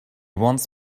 wants